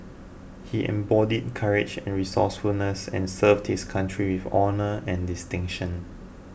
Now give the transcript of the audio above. he embodied courage and resourcefulness and served his country with honour and distinction